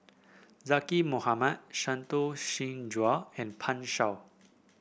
Zaqy Mohamad Santokh Singh Grewal and Pan Shou